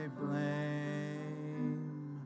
blame